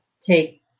take